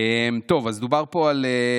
טוב, אז דובר פה על,